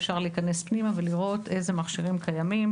אפשר להיכנס ולראות אילו מכשירים קיימים,